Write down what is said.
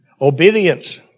Obedience